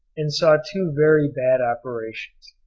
and saw two very bad operations,